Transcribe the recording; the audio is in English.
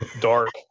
Dark